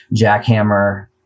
jackhammer